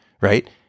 right